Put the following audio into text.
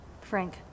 Frank